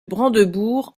brandebourg